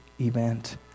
event